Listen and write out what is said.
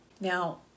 Now